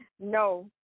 No